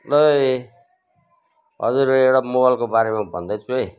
ल है हजुरहरूलाई एउटा मोबाइलको बारेमा भन्दैछु है